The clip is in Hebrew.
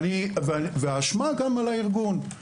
אני מקבל ללשכתי מאות פניות של אנשים גם בהמתנה,